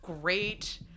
great